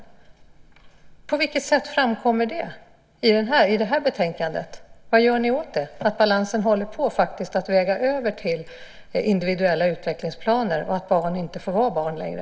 På vilket sätt framkommer det i betänkandet? Vad gör ni åt att balansen håller på att väga över till individuella utvecklingsplaner och att barn inte får vara barn längre?